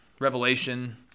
revelation